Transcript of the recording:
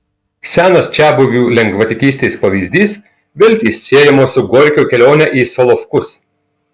senas čiabuvių lengvatikystės pavyzdys viltys siejamos su gorkio kelione į solovkus